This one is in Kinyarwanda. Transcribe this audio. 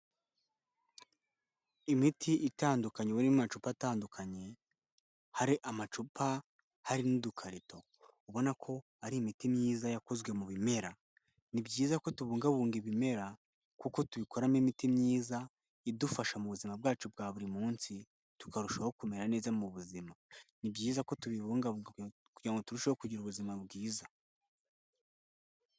Imiti itandukanye iri mu macupa atandukanye, hari amacupa, hari n'udukarito, ubona ko ari imiti myiza yakozwe mu bimera, ni byiza ko tubungabunga ibimera kuko tubikoramo imiti myiza, idufasha mu buzima bwacu bwa buri munsi, tukarushaho kumera neza mu buzima, ni byiza ko tubibungabunga kugira ngo turusheho kugira ubuzima bwiza.